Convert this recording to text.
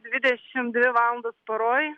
dvidešimt dvi valandos paroj